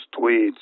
tweets